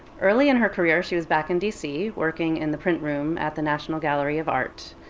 early in her career, she was back in d c. working in the print room at the national gallery of art.